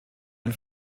ein